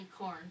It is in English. corn